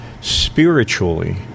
spiritually